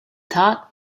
taught